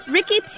Ricky